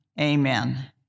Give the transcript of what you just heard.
Amen